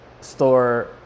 store